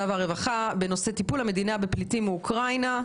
והרווחה בנושא טיפול המדינה בפליטים מאוקראינה.